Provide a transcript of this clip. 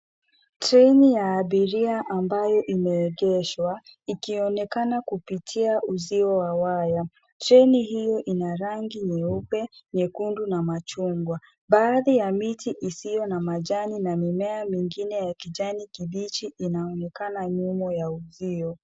Treni ya abiria ambayo imeegeshwa, ikionekana kupitia uzio wa waya. Treni hiyo ina rangi nyeupe, nyekundu na machungwa. Baadhi ya miti isiyo na majani na mimea mengine ya kijani kibichi inaonekana nyuma ya uzio.